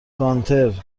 گانتر